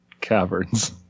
caverns